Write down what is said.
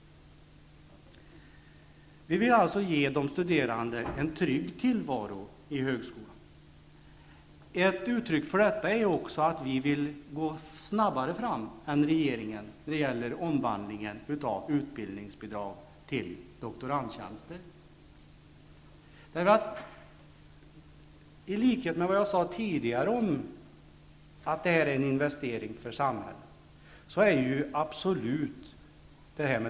Vi vill alltså ge de studerande en trygg tillvaro i högskolan. Ett uttryck för detta är att vi vill gå snabbare fram än regeringen när det gäller omvandlingen av utbildningsbidraget till doktorandtjänster. Som jag sade tidigare är det en investering för samhället.